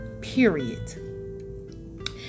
Period